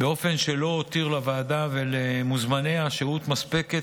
באופן שלא הותיר לוועדה ולמוזמניה שהות מספקת